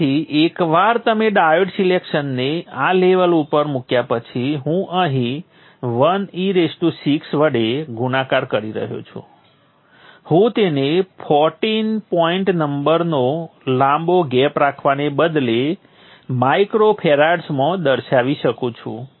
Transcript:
તેથી એકવાર તમે ડાયોડ સિલેક્શનને આ લેવલ ઉપર મૂક્યા પછી હું અહીં 1e6 વડે ગુણાકાર કરી રહ્યો છું હું તેને 14 પોઈન્ટ નંબરનો લાંબો ગેપ રાખવાને બદલે માઇક્રો ફેરાડ્સમાં દર્શાવી શકું છું